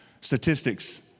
statistics